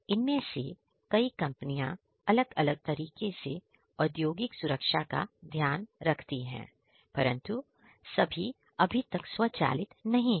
इनमें से कई कंपनियां अलग अलग तरीकों से औद्योगिक सुरक्षा का ध्यान रखती है परंतु सभी अभी तक स्वचालित नहीं है